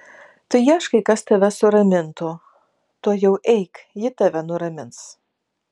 tu ieškai kas tave suramintų tuojau eik ji tave nuramins